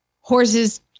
horses